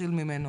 להתחיל ממנו.